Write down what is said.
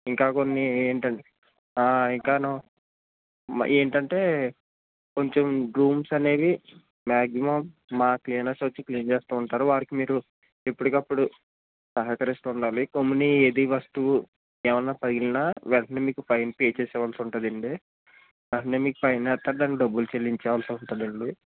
ఇంకా కొన్ని ఏంటం ఇంకాను ఏటంటే కొంచెం రూమ్స్ అనేవి మాక్సిమం మా క్లీనర్స్ వచ్చి క్లీన్ చేస్తూ ఉంటారు వారికి మీరు ఎప్పడికప్పుడు సహకరిస్తూ ఉండాలి గమ్ముని ఏది వస్తువు ఏమన్నా పగిలినా వెంటనే మీకు ఫైన్ పే చేసేయవలసి ఉంటదండి వెంటనే మీకు ఫైన్ ఏత్తారు దానికి మీరు డబ్బులు చెలించాల్సుంటదండి